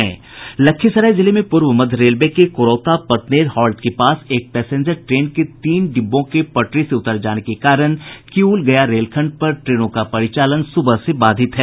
लखीसराय जिले में पूर्व मध्य रेलवे के कुरौता पतनेर हॉल्ट के पास एक पैसेंजर ट्रेन के तीन डिब्बों के पटरी से उतर जाने के कारण किऊल गया रेलखंड पर ट्रेनों का परिचालन सुबह से बाधित है